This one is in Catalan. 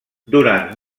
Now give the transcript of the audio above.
durant